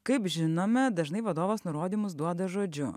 kaip žinome dažnai vadovas nurodymus duoda žodžiu